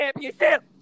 Championship